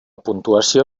puntuació